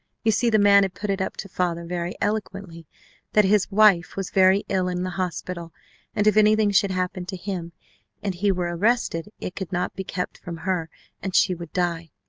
you see the man had put it up to father very eloquently that his wife was very ill in the hospital and, if anything should happen to him and he were arrested it could not be kept from her and she would die.